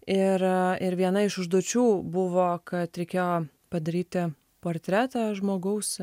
ir ir viena iš užduočių buvo kad reikėjo padaryti portretą žmogaus